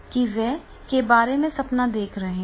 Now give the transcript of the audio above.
कि वे के बारे में सपना देखा है